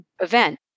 event